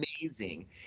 amazing